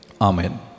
Amen